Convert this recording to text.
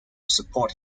support